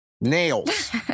nails